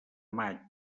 maig